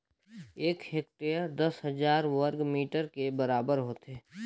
एक हेक्टेयर दस हजार वर्ग मीटर के बराबर होथे